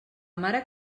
mare